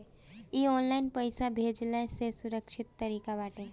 इ ऑनलाइन पईसा भेजला से सुरक्षित तरीका बाटे